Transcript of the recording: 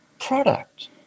product